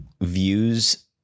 views